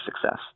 success